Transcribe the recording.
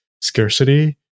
scarcity